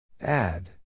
Add